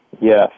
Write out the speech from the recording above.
Yes